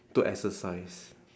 to exercise